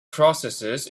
processes